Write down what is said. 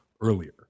earlier